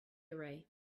array